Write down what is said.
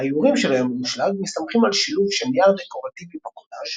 "האיורים של היום המושלג" מסתמכים על שילוב של נייר דקורטיבי בקולאז',